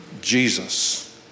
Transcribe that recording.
Jesus